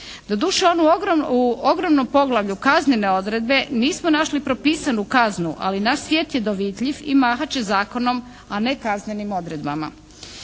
Doduše u onom ogromnom poglavlju kaznene odredbe nismo našli propisanu kaznu, ali naš svijet je dovitljiv i mahat će zakonom, a ne kaznenim odredbama.